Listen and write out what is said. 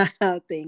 Thank